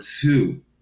two